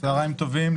צהריים טובים.